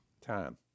time